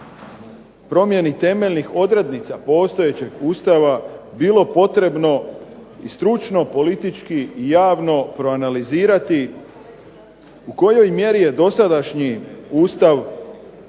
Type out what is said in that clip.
promjeni temeljnih odrednica postojećeg Ustava bilo potrebno i stručno i politički i javno proanalizirati u kojoj mjeri je dosadašnji Ustav se pokazao